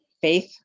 Faith